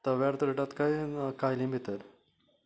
तव्यार तळटात काय कायली भितर